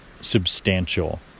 substantial